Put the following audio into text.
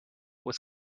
was